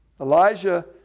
Elijah